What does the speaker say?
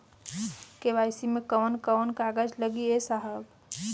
KYC मे कवन कवन कागज लगी ए साहब?